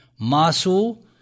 masu